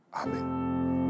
Amen